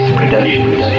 productions